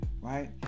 right